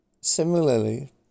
similarly